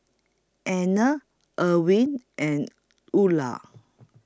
Anner Irwin and Eula